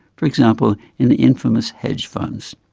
for example in the infamous hedge funds.